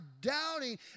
doubting